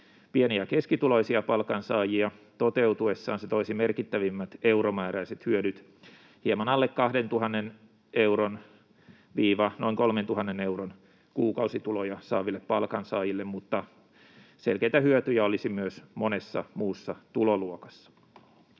pieni- ja keskituloisia palkansaajia. Toteutuessaan se toisi merkittävimmät euromääräiset hyödyt hieman alle 2 000 euron — noin 3 000 euron kuukausituloja saaville palkansaajille, mutta selkeitä hyötyjä olisi myös monessa muussa tuloluokassa.